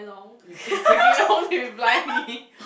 you take freaking long to reply me